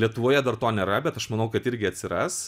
lietuvoje dar to nėra bet aš manau kad irgi atsiras